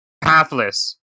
Pathless